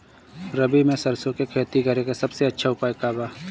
रबी में सरसो के खेती करे के सबसे अच्छा उपाय का बा?